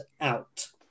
out